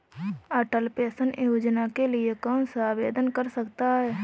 अटल pension योजना के लिए कौन आवेदन कर सकता है?